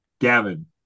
Gavin